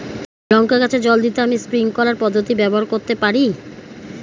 লঙ্কা গাছে জল দিতে আমি স্প্রিংকলার পদ্ধতি ব্যবহার করতে পারি?